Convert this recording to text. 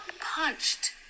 punched